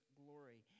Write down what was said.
glory